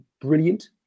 brilliant